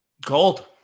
Gold